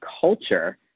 culture